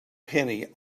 penny